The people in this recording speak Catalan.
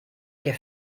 què